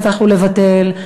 שהצלחנו לבטל,